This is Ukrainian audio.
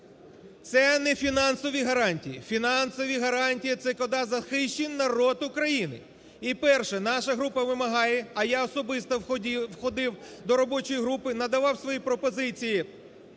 Це не фінансові гарантії. Фінансові гарантії – це коли захищений народ України. І перше, наша група вимагає, а я особисто входив до робочої групи, надавав свої пропозиції